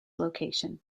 location